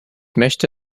möchte